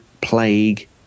Plague